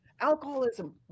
Alcoholism